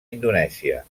indonèsia